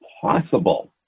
possible